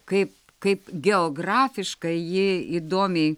kaip kaip geografiškai ji įdomiai